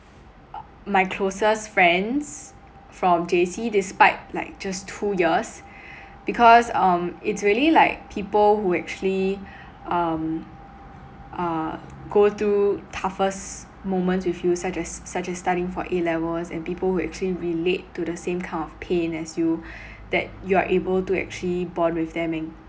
my closest friends from J_C despite like just two years because um it's really like people who actually um uh go through toughest moments with you such as such as studying for A levels and people who actually relate to the same kind of pain as you that you are able to actually bond with them and